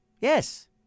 Yes